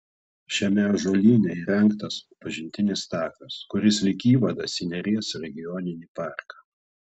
šiame ąžuolyne įrengtas pažintinis takas kuris lyg įvadas į neries regioninį parką